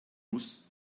muss